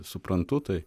suprantu tai